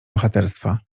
bohaterstwa